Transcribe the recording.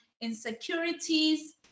insecurities